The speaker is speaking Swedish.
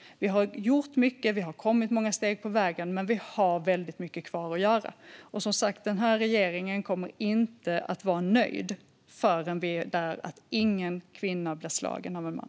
Vi har gjort mycket och har tagit många steg på vägen, men vi har väldigt mycket kvar att göra. Som sagt: Regeringen kommer inte att vara nöjd förrän vi kommit dithän att ingen kvinna blir slagen av en man.